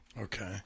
Okay